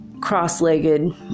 cross-legged